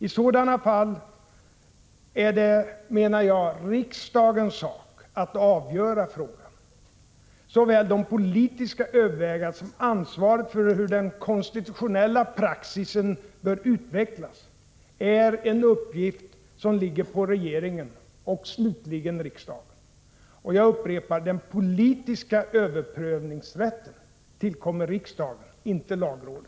I dylika fall är det, menar jag, riksdagens sak att avgöra frågan. Såväl de politiska övervägandena som ansvaret för hur den konstitutionella praxisen bör utvecklas är en uppgift som ligger på regeringen och slutligen på riksdagen. Jag upprepar att den politiska överprövningsrätten tillkommer riksdagen — inte lagrådet.